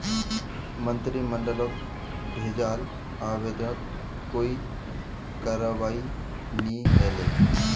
मंत्रिमंडलक भेजाल आवेदनत कोई करवाई नी हले